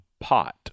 pot